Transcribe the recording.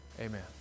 Amen